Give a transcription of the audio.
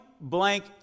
blank